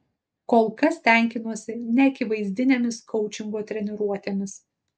kol kas tenkinuosi neakivaizdinėmis koučingo treniruotėmis